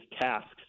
tasks